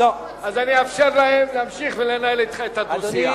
אז אני אאפשר להם להמשיך ולנהל אתך את הדו-שיח.